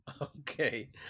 Okay